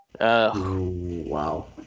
Wow